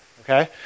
okay